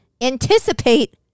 Anticipate